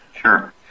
Sure